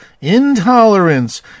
intolerance